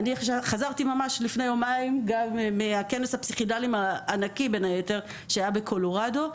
חזרתי לפני יומיים מכנס פסיכדלי ענקי שהיה בקולורדו.